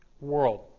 world